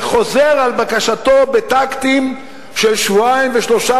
וחוזר על בקשתו בטקטים של שבועיים ושלושה